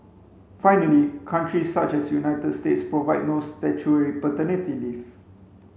finally countries such as United States provide no statutory paternity leave